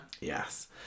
Yes